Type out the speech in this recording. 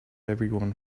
everyone